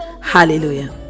hallelujah